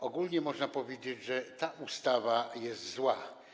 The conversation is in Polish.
Ogólnie można powiedzieć, że ta ustawa jest zła.